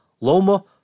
Loma